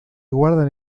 guardan